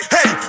Hey